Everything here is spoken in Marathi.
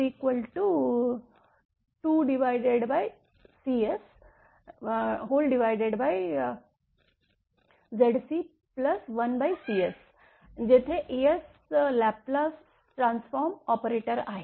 τ2CSZc1CS जेथे S लाप्लेस ट्रान्सफॉर्म ऑपरेटर आहे